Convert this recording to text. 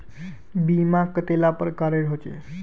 बीमा कतेला प्रकारेर होचे?